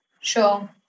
Sure